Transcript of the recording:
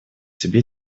себе